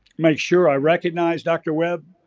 make sure i recognize dr. webb.